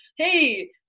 hey